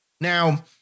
Now